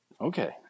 Okay